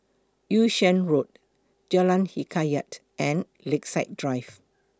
Yung Sheng Road Jalan Hikayat and Lakeside Drive